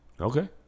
Okay